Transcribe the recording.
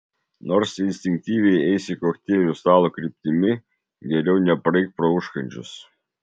nors instinktyviai eisi kokteilių stalo kryptimi geriau nepraeik pro užkandžius